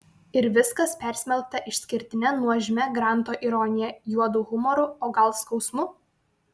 ir viskas persmelkta išskirtine nuožmia granto ironija juodu humoru o gal skausmu